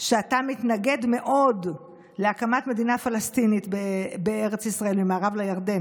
שאתה מתנגד מאוד להקמת מדינה פלסטינית בארץ ישראל ממערב לירדן,